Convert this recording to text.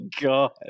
god